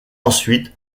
ensuite